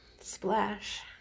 Splash